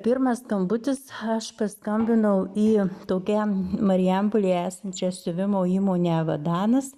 pirmas skambutis aš paskambinau į tokiam marijampolėj esančią siuvimo įmonę vadanas